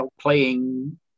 playing